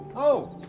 oh,